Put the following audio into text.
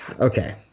okay